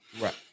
Right